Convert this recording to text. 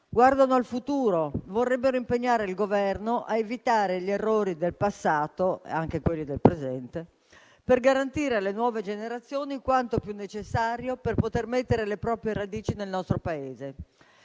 guardano al futuro, vorrebbero impegnare il Governo a evitare gli errori del passato (e anche quelli del presente), per garantire alle nuove generazioni quanto necessario per poter mettere le proprie radici nel nostro Paese.